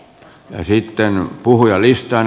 sitten puhujalistaan